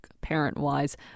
parent-wise